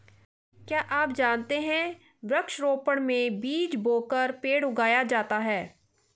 क्या आप जानते है वृक्ष रोपड़ में बीज बोकर पेड़ उगाया जाता है